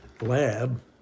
lab